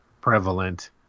prevalent